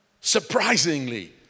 Surprisingly